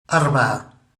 أربعة